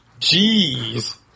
jeez